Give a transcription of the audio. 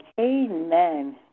Amen